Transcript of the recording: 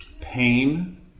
pain